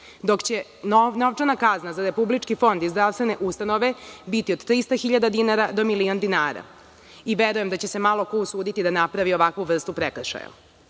dok će novčana kazna za Republički fond i zdravstvene ustanove biti od 300.000 dinara do milion dinara i verujem da će se malo ko usuditi da napravi ovakvu vrstu prekršaja.Za